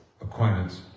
acquaintance